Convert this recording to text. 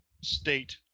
state